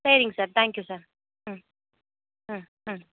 சரிங்க sir thank you sir hmm hmm ம்